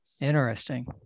Interesting